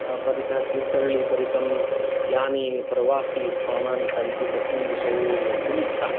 परित तीर्थहल्लि परितं यानि प्रवासीय स्थानानि सन्ति तस्मिन् विषये वक्तुम् इच्छामि